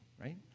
right